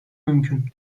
mümkün